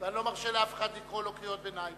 אני לא מרשה לאף אחד לקרוא קריאות ביניים